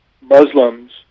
Muslims